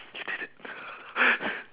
you did it